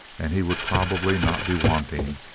and he would probably not be wanting,